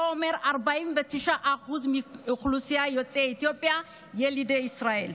זה אומר ש-49% מאוכלוסיית יוצאי אתיופיה הם ילידי ישראל.